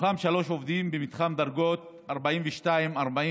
מהם שלושה עובדים במתחם דרגות 42 44,